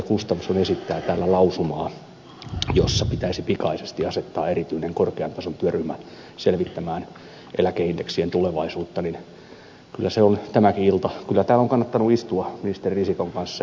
gustafsson esittää täällä lausumaa jossa pitäisi pikaisesti asettaa erityinen korkean tason työryhmä selvittämään eläkeindeksien tulevaisuutta niin kyllä se on tämäkin ilta täällä kannattanut istua ministeri risikon kanssa ja kuunnella näitä puheenvuoroja